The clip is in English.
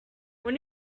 when